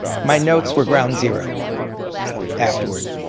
my notes were ground zero afterward.